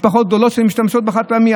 משפחות גדולות שמשתמשות בחד-פעמי.